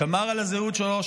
שמר על הזהות שלו,